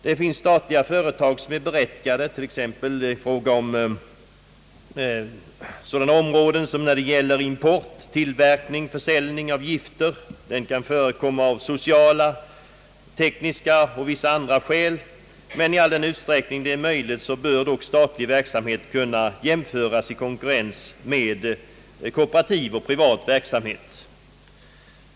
Det finns statlig verksamhet som är berättigad, t.ex. på områden som rör import, tillverkning och försäljning av gifter; den kan förekomma av sociala, tekniska och vissa andra skäl. I all den utsträckning det är möjligt bör dock statlig verksamhet kunna jämföras i konkurrens med kooperativ och privat verksamhet.